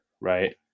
Right